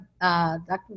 Dr